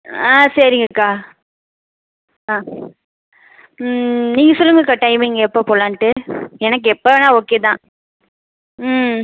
ஆ சரிங்கக்கா ஆ நீங்கள் சொல்லுங்கக்கா டைமிங் எப்போ போகலான்ட்டு எனக்கு எப்போ வேணுனா ஓகே தான் ம்